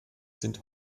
sind